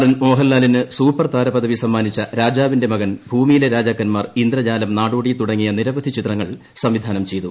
നടൻ മോഹൻലാലിന് സൂപ്പർതാര പദവി സമ്മാനിച്ച രാജാവിന്റെ മകൻ ഭൂമിയിലെ രാജാക്കന്മാർ ഇന്ദ്രജാലം നാടോടി തൂടങ്ങിയ നിരവധി ചിത്രങ്ങൾ സംവിധാനം ചെയ്തു